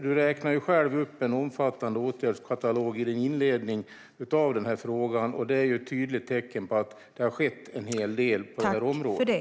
Du räknade själv upp en omfattande åtgärdskatalog i din inledande fråga, Lena Asplund, och det är ju ett tydligt tecken på att det har skett en hel del på området.